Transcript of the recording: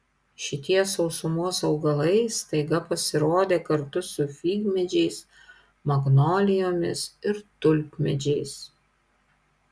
šitie sausumos augalai staiga pasirodė kartu su figmedžiais magnolijomis ir tulpmedžiais